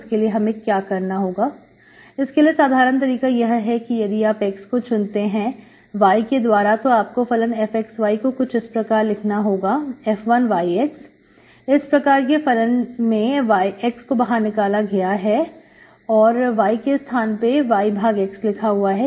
इसके लिए हमें क्या करना होगा इसके लिए साधारण तरीका यह है कि यदि आप x को चुनते हैं y के द्वारा तो आपको फलन fxy को कुछ इस प्रकार लिखना होगा f1yx इस प्रकार के फलन में x को बाहर निकाला गया है और y के स्थान पर y भाग x लिखा हुआ है